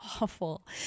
awful